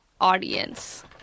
audience